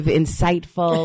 insightful